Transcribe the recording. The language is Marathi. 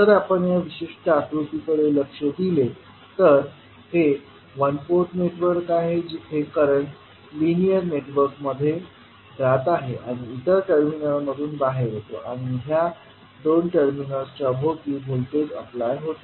जर आपण या विशिष्ट आकृतीकडे लक्ष दिले तर हे वन पोर्ट नेटवर्क आहे जेथे करंट लिनियर नेटवर्कमध्ये जात आहे आणि इतर टर्मिनलमधून बाहेर येतो आणि या दोन टर्मिनल्सच्या भोवती व्होल्टेज अप्लाय होते